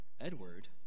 Edward